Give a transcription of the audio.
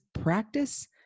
practice